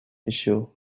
issue